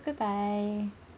goodbye